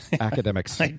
academics